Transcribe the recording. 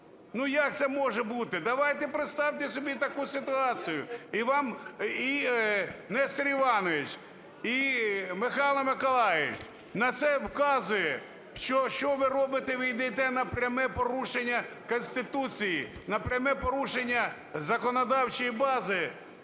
ну як це може бути? Давайте, представте собі таку ситуацію і вам Нестор Іванович, і Михайло Миколайович на це вказує, що, що ви робите, ви йдете на пряме порушення Конституції, на пряме порушення законодавчої бази